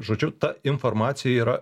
žodžiu ta informacija yra